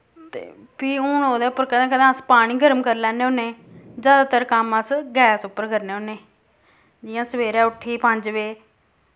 ते फ्ही हुन ओह्दे उप्पर कदैं कदैं अस पानी गर्म कर लैने होन्ने जैदातर कम्म अस गैस उप्पर करने होन्ने जि'यां सबेरे उट्ठे पंज बजे